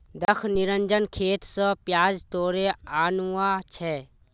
दख निरंजन खेत स प्याज तोड़े आनवा छै